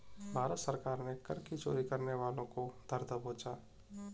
भारत सरकार ने कर की चोरी करने वालों को धर दबोचा